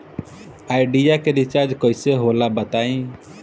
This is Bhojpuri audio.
आइडिया के रिचार्ज कइसे होला बताई?